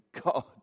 God